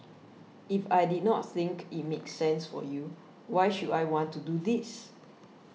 if I did not think it make sense for you why should I want to do this